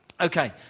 Okay